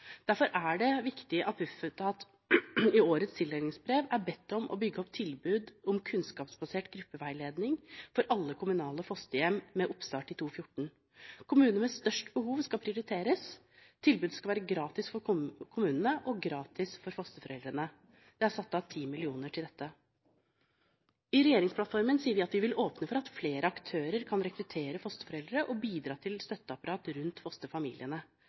Derfor er det viktig at Bufetat i årets tildelingsbrev er bedt om å bygge opp tilbud om kunnskapsbasert gruppeveiledning for alle kommunale fosterhjem, med oppstart i 2014. Kommuner med størst behov skal prioriteres. Tilbudet skal være gratis for kommunene og gratis for fosterforeldrene. Det er satt av 10 mill. kr til dette. I regjeringsplattformen sier vi at vi vil åpne for at flere aktører kan rekruttere fosterforeldre og bidra i støtteapparatet rundt fosterfamiliene.